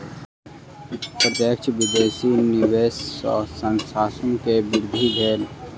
प्रत्यक्ष विदेशी निवेश सॅ संस्थान के वृद्धि भेल